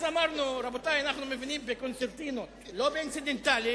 אתה מבין בקונצרטינות, אתה.